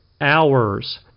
hours